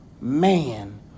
man